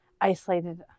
isolated